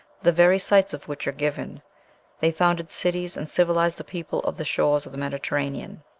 the very sites of which are given they founded cities, and civilized the people of the shores of the mediterranean.